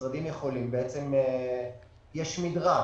יש מדרג.